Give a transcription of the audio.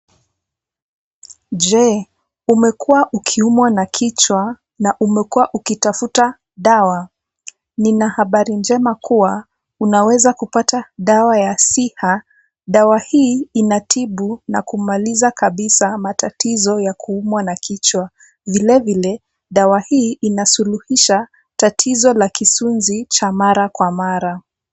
Je? Umekuwa ukiumwa na kichwa na umekuwa ukitafuta dawa? Nina habari njema kuwa unaweza kupata dawa ya siha. Dawa hii inatibu na kumaliza kabisa matatizo ya kuumwa na kichwa. Vilevile, dawa hii inasuluhisha tatizo la kisunzi cha mara kwa mara.